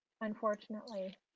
unfortunately